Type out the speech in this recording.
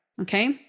Okay